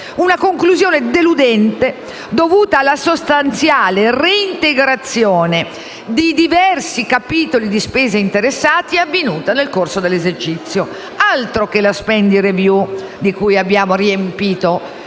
una conclusione deludente dovuta alla sostanziale reintegrazione di diversi capitoli di spesa interessati avvenuta nel corso dell'esercizio. Altro che la *spending review* con cui abbiamo riempito